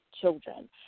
children